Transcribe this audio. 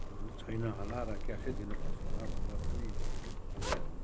छैन होला र क्यासै दिनु पर्छ होला भन्दा पनि अब